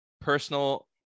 personal